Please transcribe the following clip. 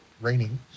raining